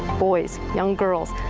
boys, young girls.